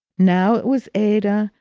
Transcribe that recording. now it was ada,